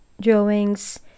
drawings